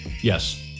yes